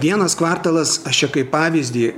vienas kvartalas aš čia kaip pavyzdį